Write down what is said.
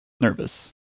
nervous